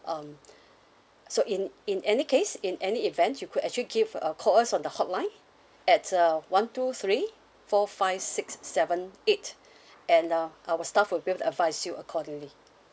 um so in in any case in any event you could actually give a uh call us on the hotline at uh one two three four five six seven eight and uh our staff will be able to advise you accordingly